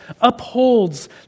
upholds